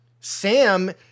Sam